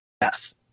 death